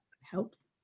helps